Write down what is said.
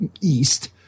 East